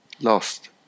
Lost